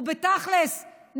ובתכל'ס,